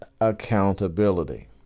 accountability